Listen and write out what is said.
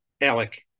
Alec